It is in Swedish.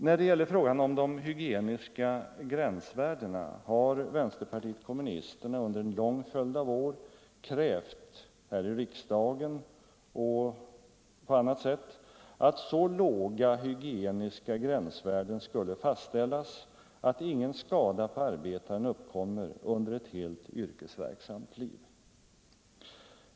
När det gäller frågan om de hygieniska gränsvärdena har vänsterpartiet kommunisterna under en lång följd av år krävt här i riksdagen och på annat sätt, att så låga hygieniska gränsvärden skulle fastställas att ingen skada på arbetaren uppkommer under ett helt yrkesverksamt liv.